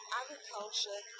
agriculture